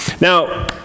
Now